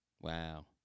Wow